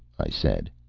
i said.